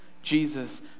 Jesus